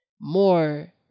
more